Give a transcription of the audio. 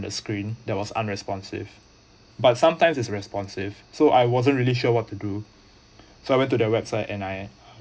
the screen that was unresponsive but sometimes is responsive so I wasn't really sure what to do so I went to their website and I